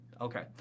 Okay